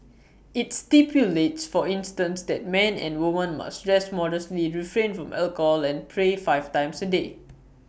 IT stipulates for instance that men and women must dress modestly refrain from alcohol and pray five times A day